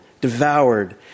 devoured